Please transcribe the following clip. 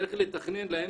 צריך לתכנן להם.